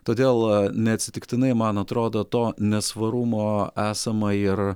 todėl neatsitiktinai man atrodo to nesvarumo esama ir